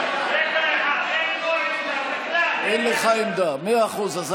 הצעת סיעת הרשימה המשותפת להביע אי-אמון בממשלה לא נתקבלה.